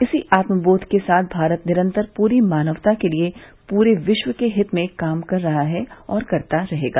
इसी आत्म बोध के साथ भारत निरंतर पूरी मानवता के लिए पूरे विश्व के हित में काम कर रहा है और करता रहेगा